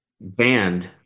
banned